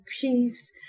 peace